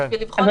אבל,